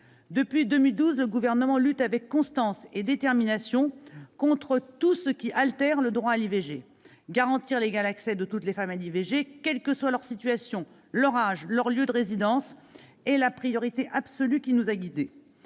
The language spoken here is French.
Depuis 2012, le Gouvernement lutte, avec constance et détermination, contre tout ce qui altère le droit à l'avortement. Garantir l'égal accès de toutes les femmes à l'IVG, quels que soient leur situation, leur âge ou leur lieu de résidence, est la priorité absolue qui nous a guidés.